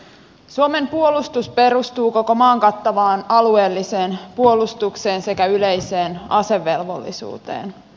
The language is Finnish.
suomen puolustus perustuu koko maan kattavaan alueelliseen puolustukseen sekä yleiseen asevelvollisuuteen